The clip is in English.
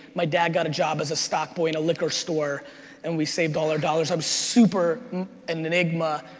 my dad got a job as a stock boy in a liquor store and we saved all our dollars. i'm super an enigma.